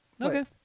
Okay